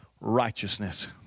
righteousness